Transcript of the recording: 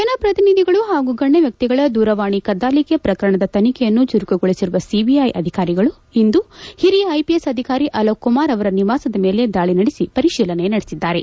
ಜನಪ್ರತಿನಿಧಿಗಳು ಹಾಗೂ ಗಣ್ಯ ವ್ಯಕ್ತಿಗಳ ದೂರವಾಣಿ ಕದ್ದಾಅಕೆ ಪ್ರಕರಣದ ತನಿಖೆಯನ್ನು ಚುರುಕುಗೊಳಸಿರುವ ಸಿಚಐ ಅದಿಕಾಲಿಗಳು ಇಂದು ಹಿಲಿಯ ಐಪಿಎಸ್ ಅಭಿಕಾರಿ ಅಲೋಕ್ ಕುಮಾರ್ ಅವರ ನಿವಾಸ ಮೇಲೆ ದಾಳ ನಡೆಸಿ ಪರಿಶೀಲನೆ ನಡೆಸಿದ್ದಾರೆ